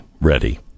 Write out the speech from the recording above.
ready